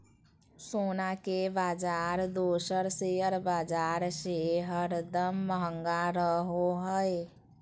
सोना के बाजार दोसर शेयर बाजार से हरदम महंगा रहो हय